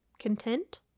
content